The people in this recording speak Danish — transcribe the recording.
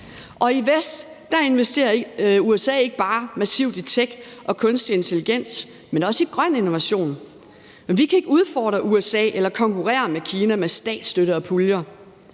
i vest investerer USA ikke bare massivt i tech og kunstig intelligens, men også i grøn innovation. Men vi kan ikke udfordre USA eller konkurrere med Kina med statsstøtte og puljer,